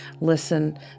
Listen